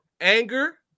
anger